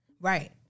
Right